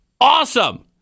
Awesome